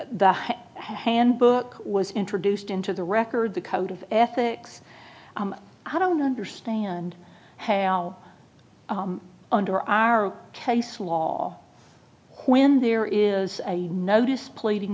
the handbook was introduced into the record the code of ethics and i don't understand how under our case law when there is a notice pleading